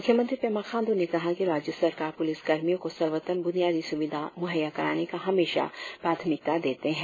मुख्य मंत्री पेमा खांडू ने कहा कि राज्य सरकार पुलिस कर्मियों को सर्वोत्तम ब्रनियादी सुविधा मुहैया कराने को हमेशा प्राथमिकता देते है